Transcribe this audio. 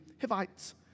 Hivites